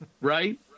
Right